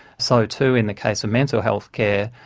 so too in the case of mental healthcare,